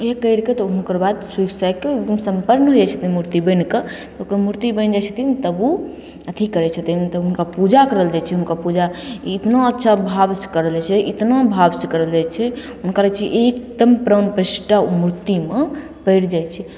ई करिके तब ओकरबाद सुखि साखिके सम्पन्न होइ छथिन मूर्ति बनिके ओकर मूर्ति बनि जाइ छथिन तब उ अथी करय छथिन तब हुनका पूजा करल जाइ छै हुनका पूजा इतना अच्छा भावसँ करल जाइ छै जे इतना भावसँ करल जाइ छै हुनकर एकदम प्राण प्रतिष्ठा मूर्तिमे पड़ि जाइ छै